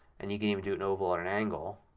and you can even do an oval on an angle